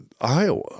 Iowa